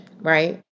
right